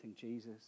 Jesus